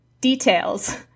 Details